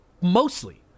mostly